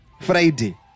Friday